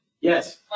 Yes